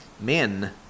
men